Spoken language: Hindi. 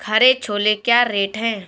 हरे छोले क्या रेट हैं?